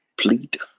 plead